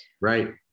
Right